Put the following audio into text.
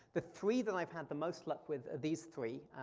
the three that i've had the most luck with are these three.